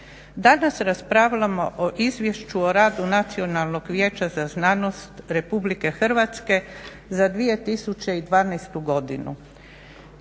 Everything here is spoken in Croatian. Danas raspravljamo o Izvješću o radu Nacionalnog vijeća za znanost RH za 2012.godinu.